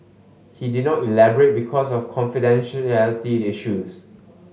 he did not elaborate because of confidentiality issues